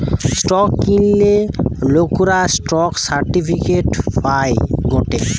stock কিনলে লোকরা stock certificate পায় গটে